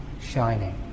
shining